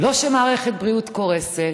לא כשמערכת בריאות קורסת,